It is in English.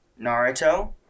Naruto